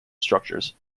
structures